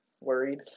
worried